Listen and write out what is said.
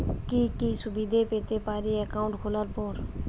কি কি সুবিধে পেতে পারি একাউন্ট খোলার পর?